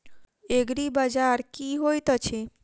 एग्रीबाजार की होइत अछि?